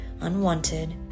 unwanted